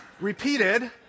repeated